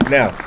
Now